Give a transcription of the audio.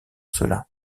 cela